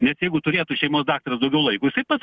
nes jeigu turėtų šeimos daktaras daugiau laiko jisai pats